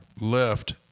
left